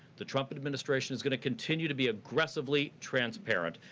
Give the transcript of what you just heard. the trump administration is going to continue to be aggressively transparent,